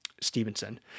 Stevenson